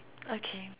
okay